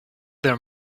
there